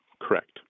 Correct